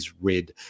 red